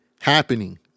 happening